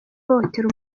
uhohotera